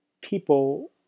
people